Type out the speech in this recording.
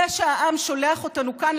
שהעם שולח אותנו לכאן,